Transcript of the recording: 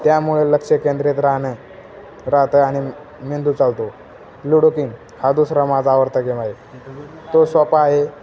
त्यामुळे लक्ष केंद्रित राहनं राहतं आणि मेंदू चालतो लुडो किंग हा दुसरा माझा आवडता गेम आहे तो सोपा आहे